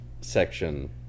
Section